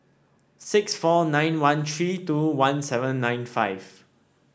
six four nine one three two one seven nine five